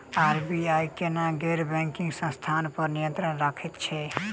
RBI केना गैर banking संस्था पर नियत्रंण राखैत छैक?